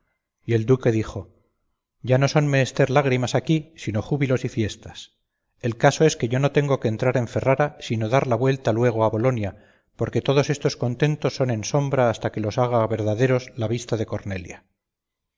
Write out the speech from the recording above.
y el duque dijo ya no son menester lágrimas aquí sino júbilos y fiestas el caso es que yo no tengo de entrar en ferrara sino dar la vuelta luego a bolonia porque todos estos contentos son en sombra hasta que los haga verdaderos la vista de cornelia